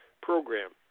program